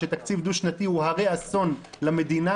שתקציב דו-שנתי הוא הרי אסון למדינה,